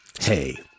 Hey